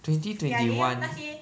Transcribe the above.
twenty twenty one